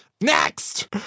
Next